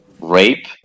rape